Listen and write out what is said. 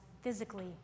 physically